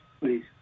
please